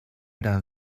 era